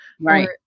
Right